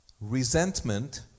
Resentment